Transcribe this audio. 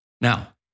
Now